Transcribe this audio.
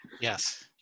yes